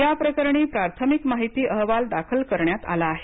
याप्रकरणी प्राथमिक माहिती अहवाल दाखल करण्यात आला आहे